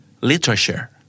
Literature